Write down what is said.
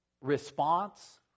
response